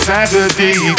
Saturday